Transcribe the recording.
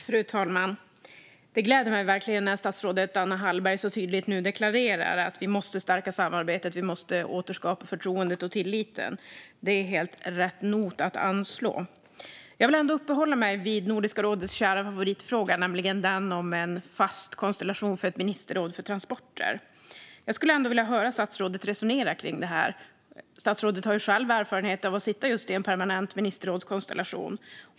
Fru talman! Det gläder mig verkligen när statsrådet Anna Hallberg så tydligt deklarerar att vi måste stärka samarbetet och återskapa förtroendet och tilliten. Det är helt rätt ton att anslå. Jag vill uppehålla mig vid Nordiska rådets kära favoritfråga, nämligen den om en fast konstellation för ett ministerråd för transporter. Jag skulle vilja höra statsrådet resonera kring detta. Statsrådet har själv erfarenhet av att sitta just i en permanent ministerrådskonstellation.